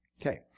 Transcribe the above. Okay